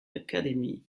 academy